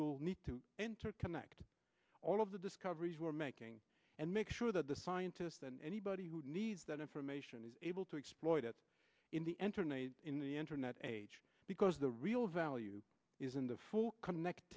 will need to interconnect all of the discoveries were making and make sure that the scientists and anybody who needs that information is able to exploit it in the entered a in the internet age because the real value is in the full connect